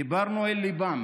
דיברנו אל ליבם